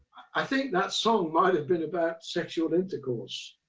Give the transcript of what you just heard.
i think that song might have been about sexual intercourse.